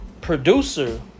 Producer